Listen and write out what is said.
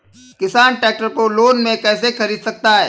किसान ट्रैक्टर को लोन में कैसे ख़रीद सकता है?